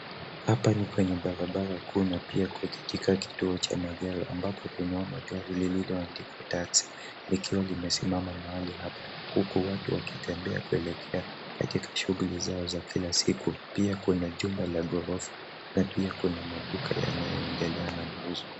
Hapa ni kwenye barabara kuu na pia katika kituo cha magari ambapo tunaona gari lililoandikwa taxi likiwa limesimama mahali hapa huku watu wakitembea kuelekea katika shughuli zao za kila siku. Pia kuna jumba la ghorofa na pia kuna maduka yanayoendelea na mauzo.